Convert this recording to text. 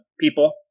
people